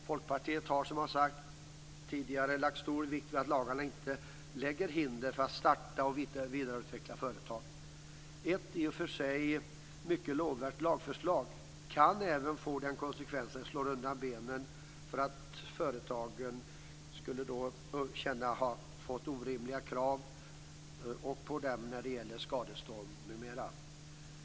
Folkpartiet lägger, som vi har sagt tidigare, stor vikt vid att lagarna inte lägger hinder i vägen för att starta och vidareutveckla företag. Ett i och för sig mycket lovvärt lagförslag kan även få den konsekvensen att det slår undan benen för företagen genom att lägga orimliga krav på dem när det gäller skadestånd m.m.